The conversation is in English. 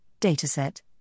dataset